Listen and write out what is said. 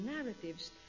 narratives